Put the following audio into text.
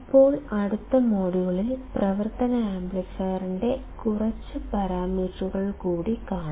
ഇപ്പോൾ അടുത്ത മൊഡ്യൂളിൽ പ്രവർത്തന ആംപ്ലിഫയറിന്റെ കുറച്ച് പാരാമീറ്ററുകൾ കൂടി കാണാം